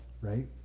Right